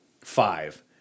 five